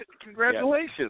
congratulations